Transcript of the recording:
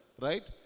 right